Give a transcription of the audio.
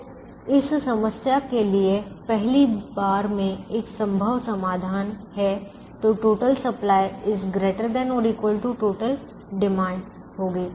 तो इस समस्या के लिए पहली बार में एक संभव समाधान है तो टोटल सप्लाई ≥ टोटल डिमांड होगी